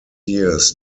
years